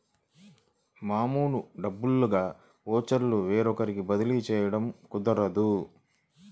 మామూలు డబ్బుల్లాగా ఓచర్లు వేరొకరికి బదిలీ చేయడం కుదరదు